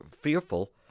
fearful